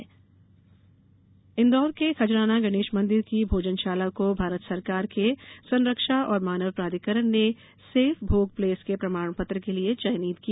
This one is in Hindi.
इंदौर खजराना इंदौर के खजराना गणेश मंदिर की भोजनशाला को भारत सरकार के संरक्षा एवं मानव प्राधिकरण ने सेफ भोग प्लेस के प्रमाणपत्र के लिये चयनित किया